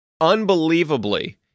Unbelievably